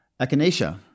Echinacea